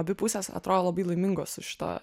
abi pusės atrodo labai laimingos su šita